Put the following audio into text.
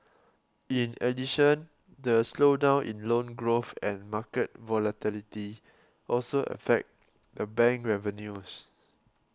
in addition the slowdown in loan growth and market volatility also affect the bank revenues